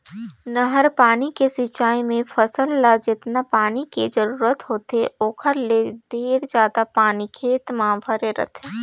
नहर पानी के सिंचई मे फसल ल जेतना पानी के जरूरत होथे ओखर ले ढेरे जादा पानी खेत म भरे रहथे